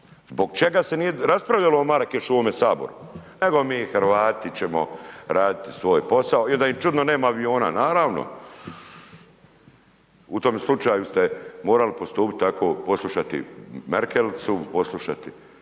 zbog čega se nije raspravljalo o Marakešu u ovome saboru, nego mi Hrvati ćemo raditi svoj posao i onda im čudno nema aviona, naravno. U tom slučaju ste morali postupiti tako poslušati Merkelicu, poslušati